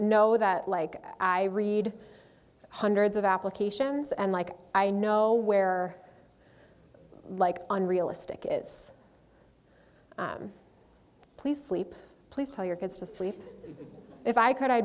know that like i read hundreds of applications and like i know where like unrealistic is please sleep please tell your kids to sleep if i could i